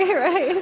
yeah right, yeah